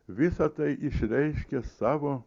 visa tai išreiškė savo